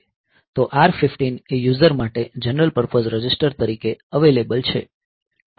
તો R 15 એ user માટે જનરલ પર્પઝ રજીસ્ટર તરીકે અવેલેબલ છે